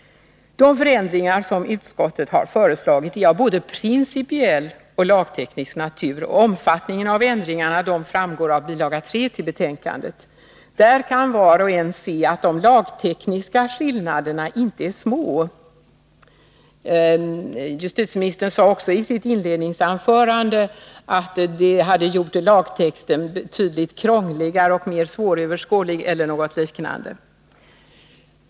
De förändringar som utskottet föreslagit är av både principiell och lagteknisk natur. Omfattningen av ändringarna framgår av bil. 3 till betänkandet. Där kan var och en se att de lagtekniska skillnaderna inte är små. Justitieministern sade också i sitt inledningsanförande att det hade gjort lagtexten betydligt krångligare och mera svåröverskådlig, eller något liknande.